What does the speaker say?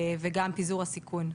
וגם פיזור הסיכון.